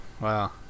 Wow